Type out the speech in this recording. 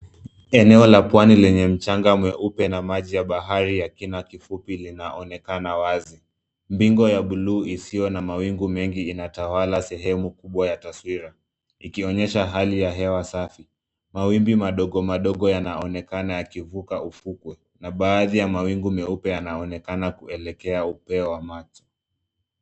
Eneo la pwani lenye mchanga mweupe na maji ya bahari ya kina kifupi linaonekana wazi. Bingu ya buluu isiyo na mawingu mengi inatawala sehemu kubwa ya taswira, ikionyesha hali ya hewa safi. Mawimbi madogo madogo yanaonekana yakivuka ufukwe na baadhi ya mawingu meupe yanaonekana kuelekea upeo wa maji.